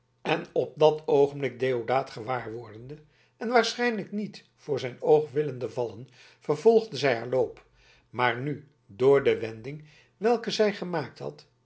en op dat oogenblik deodaat gewaarwordende en waarschijnlijk niet voor zijn oog willende vallen vervolgde zij haar loop maar nu door de wending welke zij gemaakt had